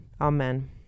Amen